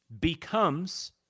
becomes